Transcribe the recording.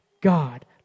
God